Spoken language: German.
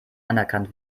anerkannt